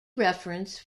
reference